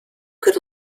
could